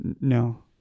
No